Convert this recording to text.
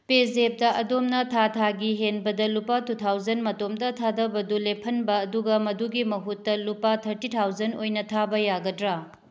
ꯄꯦꯖꯦꯞꯇ ꯑꯗꯣꯝꯅ ꯊꯥ ꯊꯥꯒꯤ ꯍꯦꯟꯕꯗ ꯂꯨꯄꯥ ꯇꯨ ꯊꯥꯎꯖꯟ ꯃꯇꯣꯝꯇ ꯊꯥꯗꯕꯗꯨ ꯂꯦꯞꯍꯟꯕ ꯑꯗꯨꯒ ꯃꯗꯨꯒꯤ ꯃꯍꯨꯠꯇ ꯂꯨꯄꯥ ꯊꯔꯇꯤ ꯊꯥꯎꯖꯟ ꯑꯣꯏꯅ ꯊꯥꯕ ꯌꯥꯒꯗ꯭ꯔꯥ